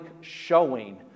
showing